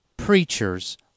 preachers